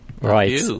Right